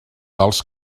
dels